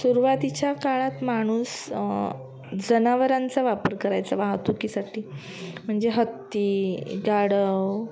सुरवातीच्या काळात माणूस जनावरांचा वापर करायचा वाहतुकीसाठी म्हणजे हत्ती गाढव